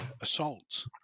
assault